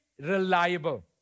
reliable